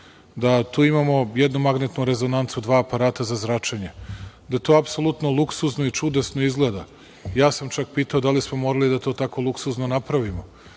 da tu imamo jednu magnetnu rezonancu, dva aparata za zračenje, da to apsolutno luksuzno i čudesno izgleda. Ja sam čak pitao da li smo morali da to tako luksuzno napravimo.